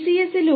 ഡിസിഎസിൽ